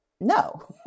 no